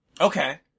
Okay